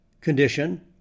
condition